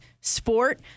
sport